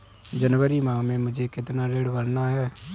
जनवरी माह में मुझे कितना ऋण भरना है?